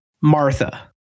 Martha